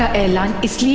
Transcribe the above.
a lot of